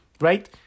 right